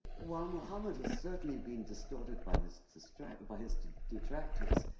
while muhammad has certainly been distorted by his sort of his detractors,